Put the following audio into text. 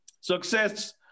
success